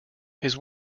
his